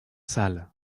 sale